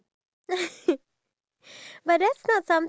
it's just the mario kart thing